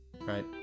Right